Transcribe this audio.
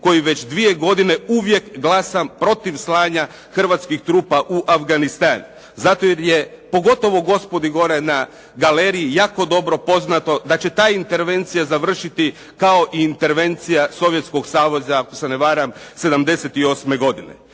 koji već 2 godine uvijek glasam protiv slanja hrvatskih trupa u Afganistan zato jer je, pogotovo gospodi gore na galeriji jako dobro poznato da će ta intervencija završiti kako i intervencija Sovjetskog saveza, ako se ne varam '78. godine.